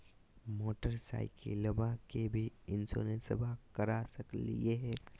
मोटरसाइकिलबा के भी इंसोरेंसबा करा सकलीय है?